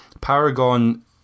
Paragon